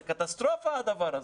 זה קטסטרופה הדבר הזה.